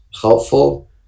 helpful